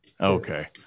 Okay